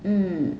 mm